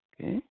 Okay